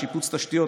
שיפוץ תשתיות,